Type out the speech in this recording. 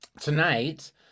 tonight